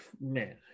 man